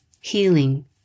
healing